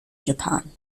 japan